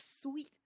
sweet